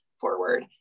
forward